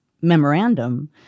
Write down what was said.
memorandum